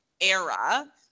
era